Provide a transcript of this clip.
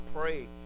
pray